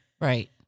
Right